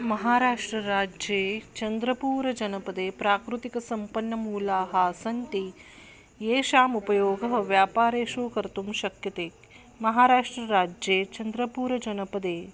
महाराष्ट्रराज्ये चन्द्रपूरजनपदे प्राकृतिकसम्पन्नमूलानि सन्ति येषाम् उपयोगः व्यापारेषु कर्तुं शक्यते महाराष्ट्रराज्ये चन्द्रपूरजनपदे